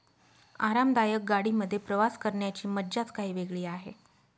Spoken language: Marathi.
आरामदायक गाडी मध्ये प्रवास करण्याची मज्जाच काही वेगळी आहे